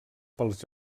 pels